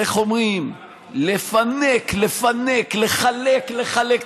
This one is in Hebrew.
איך אומרים: לפנק, לפנק, לחלק, לחלק.